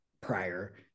prior